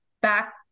back